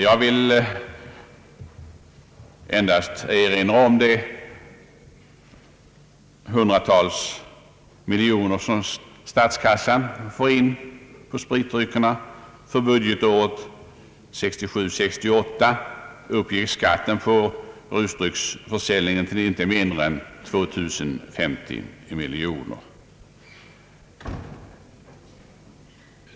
Jag vill endast erinra om de hundratals miljoner kronor som skatten på spritdrycker tillför statskassan — för budgetåret 1967/68 uppgick skatten för rusdrycksförsäljningen till inte mindre än 2050 miljoner kronor.